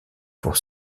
pour